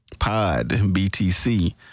podbtc